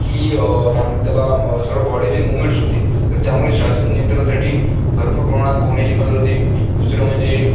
ही काय म्हणतात त्याला सर्व बॉडीचे मूवमेंटस होते तर त्यामुळे श्वसन नियंत्रणासाठी भरपूर प्रमाणात पोहण्याची मदत होते दुसरं म्हणजे